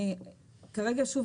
שוב,